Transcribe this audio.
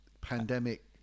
pandemic